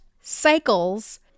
cycles